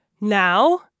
now